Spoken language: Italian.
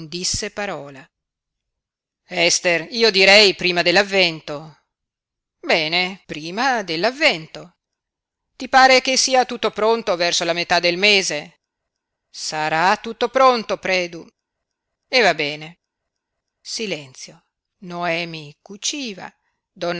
disse parola ester io direi prima dell'avvento bene prima dell'avvento ti pare che sia tutto pronto verso la metà del mese sarà tutto pronto predu e va bene silenzio noemi cuciva